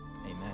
Amen